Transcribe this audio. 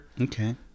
okay